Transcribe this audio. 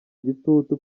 igitutu